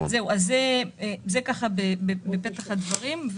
זה בפתח הדברים.